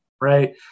Right